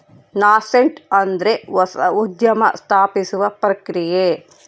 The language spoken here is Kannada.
ನಾಸೆಂಟ್ ಅಂದ್ರೆ ಹೊಸ ಉದ್ಯಮ ಸ್ಥಾಪಿಸುವ ಪ್ರಕ್ರಿಯೆ